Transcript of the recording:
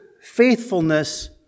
faithfulness